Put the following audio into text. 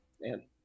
Man